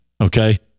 Okay